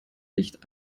licht